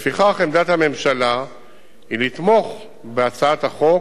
לפיכך, עמדת הממשלה היא לתמוך בהצעת החוק,